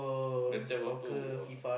then take photo !wah!